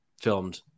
filmed